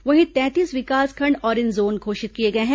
वहीं तैंतीस विकासखंड ऑरेंज जोन घोषित किए गए हैं